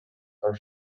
are